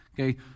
Okay